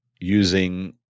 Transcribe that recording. using